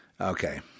Okay